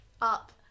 Up